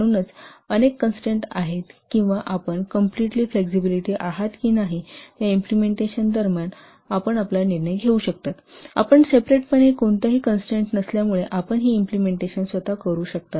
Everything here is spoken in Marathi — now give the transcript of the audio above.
म्हणूनच अनेक कन्स्ट्रेन्ट आहेत किंवा आपण कंप्लेटली फ्लेक्सिबिलिटी आहात की नाही या इम्प्लिमेंटेशन दरम्यान आपण आपला निर्णय घेऊ शकता आपण सेपरेटपणे कोणत्याही कन्स्ट्रेन्ट नसल्यामुळे आपण ही इम्प्लिमेंटेशन स्वत करू शकता